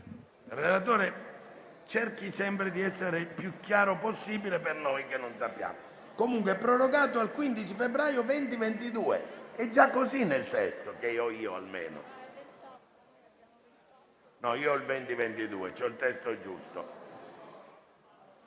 Relatore, cerchi sempre di essere il più chiaro possibile, per noi che non sappiamo. Comunque, «è prorogato al 15 febbraio 2022», è già così nel testo che ho io. Ho il testo giusto.